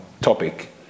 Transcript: topic